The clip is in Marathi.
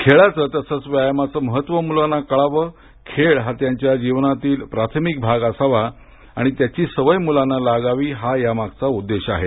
खेळाचं तसच व्यायामाचं महत्व मुलांना कळावं खेळ हा त्यांच्या जीवनातील प्रार्थमिक भाग असावा आणि त्याची सवय मुलांना लागावी हा या मागचा मुख्य उद्देश आहे